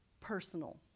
personal